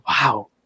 Wow